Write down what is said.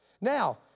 Now